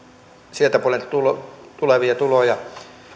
sieltä puolen tulevia tuloja